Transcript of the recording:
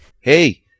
hey